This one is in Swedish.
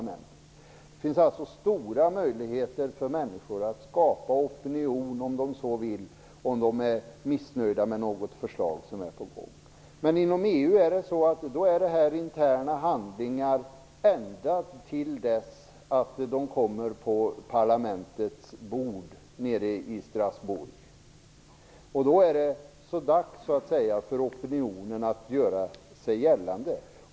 Det finns alltså stora möjligheter för människor att bilda opinion, om de så vill, såvida de är missnöjda med något förslag som är på gång. Inom EU är dock handlingar interna ända till dess att de läggs på parlamentets bord i Strasbourg. Då är det så dags för opinionen att göra sig gällande.